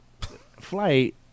Flight